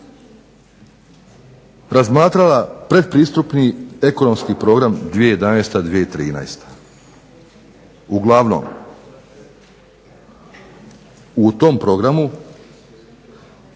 razmatrala pretpristupni Ekonomski program 2012.-2013. Uglavnom u tom programu